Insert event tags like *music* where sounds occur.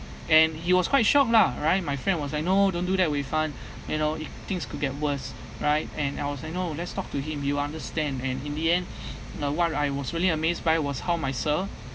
and he was quite shocked lah all right my friend was like no don't do that wei fan you know it things could get worse right and I was like no let's talk to him you understand and in the end *noise* what I was really amazed by was how my sir